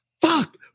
fuck